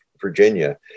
Virginia